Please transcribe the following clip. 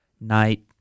night